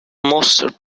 most